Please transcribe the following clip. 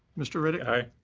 mr. riddick. aye.